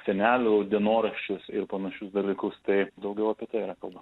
senelių dienoraščius ir panašius dalykus tai daugiau apie yra kalbą